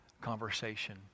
conversation